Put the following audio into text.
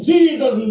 Jesus